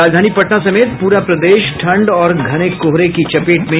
और राजधानी पटना समेत प्रा प्रदेश ठंड और घने कोहरे की चपेट में